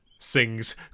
sings